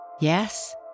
Yes